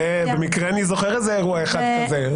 במקרה אני זוכר איזה אירוע אחד כזה.